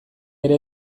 ere